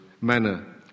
manner